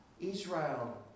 Israel